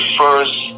first